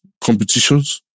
competitions